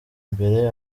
imbere